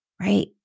right